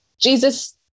Jesus